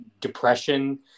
depression